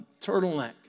turtleneck